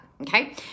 Okay